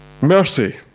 Mercy